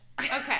okay